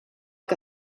que